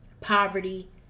poverty